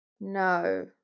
No